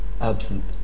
absent